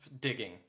digging